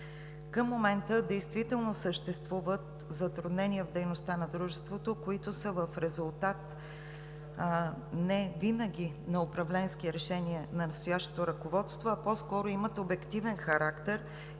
Към момента действително съществуват затруднения в дейността на Дружеството, които са в резултат невинаги на управленски решения на настоящото ръководство, а по-скоро имат обективен характер и са